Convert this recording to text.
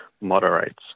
moderates